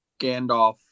Gandalf